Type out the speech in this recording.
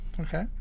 okay